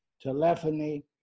telephony